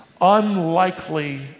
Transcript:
unlikely